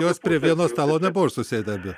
jos prie vieno stalo nebuvo susėdę abi